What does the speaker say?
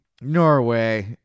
Norway